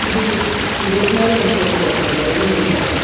ഇത് ഇരുപത്തി നാല് മണിക്കൂറും പ്രവർത്തിക്കുന്ന ഒരു മ്യൂസിയമാണ്